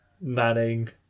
Manning